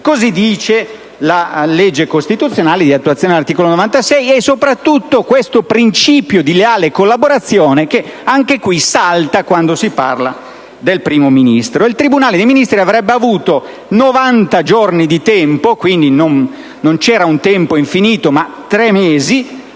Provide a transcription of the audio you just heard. Così dice la legge costituzionale attuativa dell'articolo 96 e, soprattutto, il principio di leale collaborazione, che anche in questo caso salta quando si parla del Primo Ministro. Il tribunale dei Ministri avrebbe avuto 90 giorni di tempo - quindi non un tempo infinito, ma tre mesi